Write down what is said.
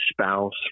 spouse